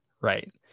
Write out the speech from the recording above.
right